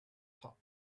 top